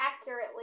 accurately